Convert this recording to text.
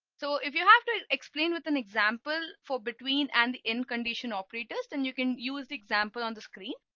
so if you have to explain with an example for between and in condition operators, then you can use the example on the screen.